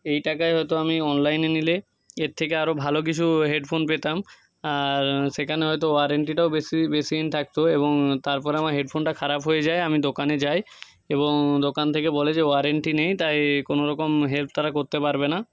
এই টাকায় হয়তো আমি অনলাইনে নিলে এর থেকে আরও ভালো কিছু হেডফোন পেতাম আর সেখানে হয়তো ওয়ারেন্টিটাও বেশিদিন থাকত এবং তারপরে আমার হেডফোনটা খারাপ হয়ে যায় আমি দোকানে যাই এবং দোকান থেকে বলে যে ওয়ারেন্টি নেই তাই কোনো রকম হেল্প তারা করতে পারবে না